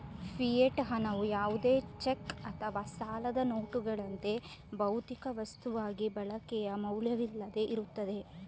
fiat ಹಣವು ಯಾವುದೇ cheque ಅಥವಾ ಸಾಲದ ನೋಟುಗಳಂತೆ, ಭೌತಿಕ ವಸ್ತುವಾಗಿ ಬಳಕೆಯ ಮೌಲ್ಯವಿಲ್ಲದೆ ಇರುತ್ತದೆ